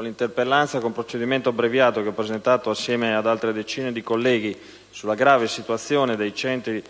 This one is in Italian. L'interpellanza con procedimento abbreviato che ho presentato assieme ad altri colleghi sulla grave situazione dei centri